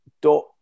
dot